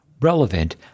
relevant